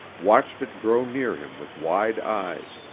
watched it grow near him with wide eyes,